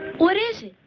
what is it?